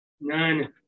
None